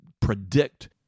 predict